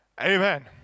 Amen